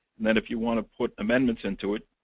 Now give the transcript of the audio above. and then if you want to put amendments into it,